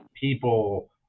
people